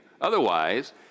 Otherwise